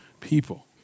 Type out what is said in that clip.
people